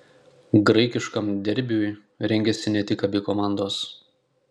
graikiškam derbiui rengiasi ne tik abi komandos